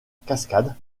cascade